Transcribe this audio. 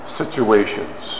situations